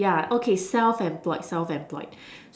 yeah okay self employed self employed